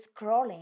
scrolling